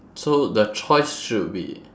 so the choice should be